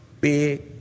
big